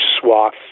swath